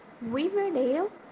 Riverdale